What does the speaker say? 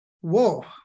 Whoa